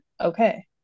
Okay